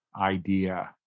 idea